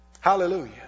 Hallelujah